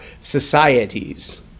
societies